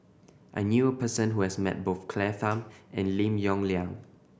I knew a person who has met both Claire Tham and Lim Yong Liang